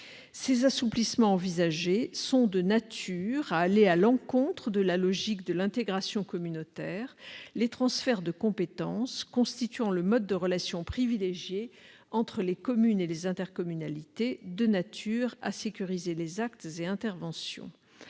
Ces assouplissements envisagés sont de nature à aller à l'encontre de la logique de l'intégration communautaire, les transferts de compétences constituant le mode de relation privilégié entre les communes et les intercommunalités, de nature à sécuriser les actes et interventions.